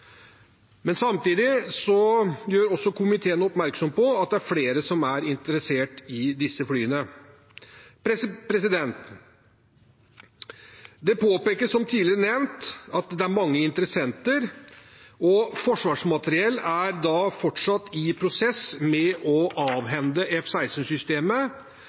Samtidig gjør komiteen også oppmerksom på at det er flere som er interessert i disse flyene. Det påpekes, som tidligere nevnt, at det er mange interessenter, og Forsvarsmateriell er fortsatt i prosess med å